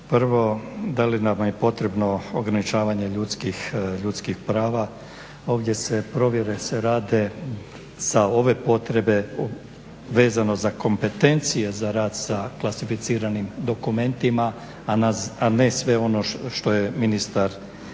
Prvo, da li nam je potrebno ograničavanje ljudskih prava. Ovdje se provjere rade sa ove potrebe vezano za kompetencije za rad sa klasificiranim dokumentima, a ne sve što je ministar